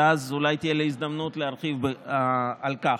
ואז אולי תהיה לי הזדמנות להרחיב על כך.